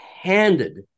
handed